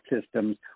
systems